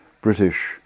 British